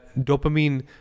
dopamine